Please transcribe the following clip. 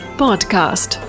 podcast